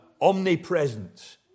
omnipresent